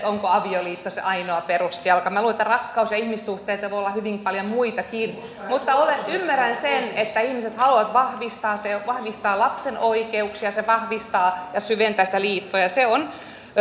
onko avioliitto se ainoa perusjalka minä luulen että rakkaus ja ihmissuhteet voivat olla hyvin paljon muutakin mutta ymmärrän sen että ihmiset haluavat vahvistaa sitä ja vahvistaa lapsen oikeuksia se vahvistaa ja syventää sitä liittoa se on